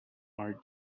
are